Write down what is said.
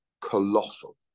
colossal